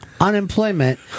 Unemployment